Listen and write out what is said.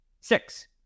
six